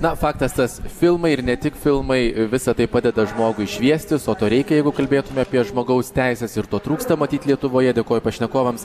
na faktas tas filmai ir ne tik filmai visa tai padeda žmogui šviestis o to reikia jeigu kalbėtume apie žmogaus teises ir to trūksta matyt lietuvoje dėkoju pašnekovams